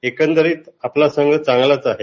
एकंदरीत आपला संघ चांगलाच आहे